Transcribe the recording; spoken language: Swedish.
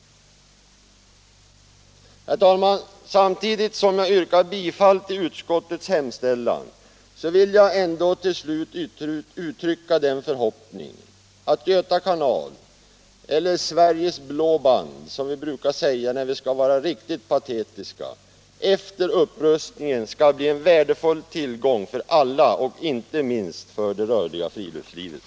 Herr talman! Samtidigt som jag yrkar bifall till utskottets hemställan vill jag uttrycka den förhoppningen att Göta kanal — eller Sveriges blå band, som vi brukar säga när vi skall vara riktigt patetiska — efter upprustningen blir en värdefull tillgång för alla och inte minst för det rörliga friluftslivet.